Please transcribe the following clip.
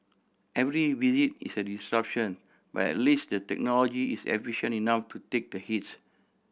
every visit is a disruption but at least the technology is efficient enough to take the hit